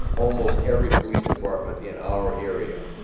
almost every police department in our area,